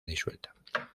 disuelta